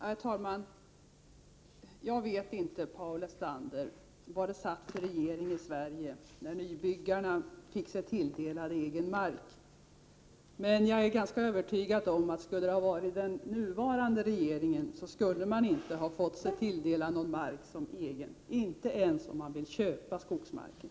Herr talman! Jag vet inte vad det satt för regering i Sverige när nybyggarna fick sig tilldelad egen mark, Paul Lestander, men jag är ganska övertygad om att under den nuvarande regeringen skulle de inte ha fått sig tilldelad någon skogsmark som egen, inte ens om de ville köpa den.